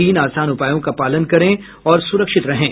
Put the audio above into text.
तीन आसान उपायों का पालन करें और सुरक्षित रहें